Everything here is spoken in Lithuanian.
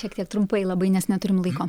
šiek tiek trumpai labai nes neturim laiko